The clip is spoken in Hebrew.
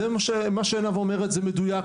זה מה שעינב אומרת זה מדויק,